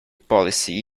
policy